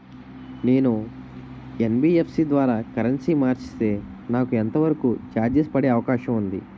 నేను యన్.బి.ఎఫ్.సి ద్వారా కరెన్సీ మార్చితే నాకు ఎంత వరకు చార్జెస్ పడే అవకాశం ఉంది?